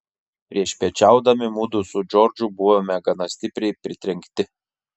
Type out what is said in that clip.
priešpiečiaudami mudu su džordžu buvome gana stipriai pritrenkti